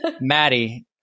Maddie